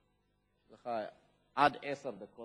אם כן, הנושא של מחסור